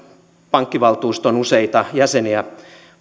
pankkivaltuuston useita jäseniä